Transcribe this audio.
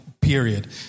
period